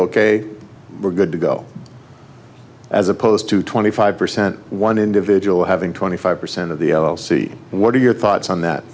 ok we're good to go as opposed to twenty five percent one individual have twenty five percent of the see what are your thoughts on